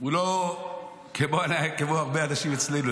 הוא לא כמו הרבה אנשים אצלנו,